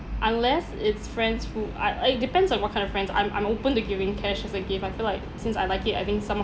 unless it's friends who I I it depends on what kind of friends I'm I'm open to giving cash as a gift I feel like since I like it I think some of